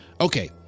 Okay